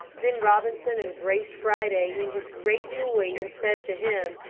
then robinson embraced friday in his great joy and said to him,